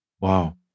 Wow